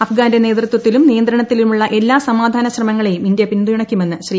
അഫ്ഗാന്റെ നേതൃത്വത്തിലും നിയന്ത്രണത്തിലുമുള്ള എല്ലാ സമാധാന ഇന്ത്യ പിന്തുണയ്ക്കുമെന്ന് ശ്രീ